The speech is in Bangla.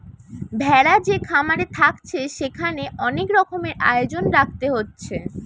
ভেড়া যে খামারে থাকছে সেখানে অনেক রকমের আয়োজন রাখতে হচ্ছে